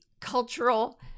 cultural